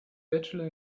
bachelor